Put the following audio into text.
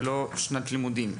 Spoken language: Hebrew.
ולא לפי שנת לימודים.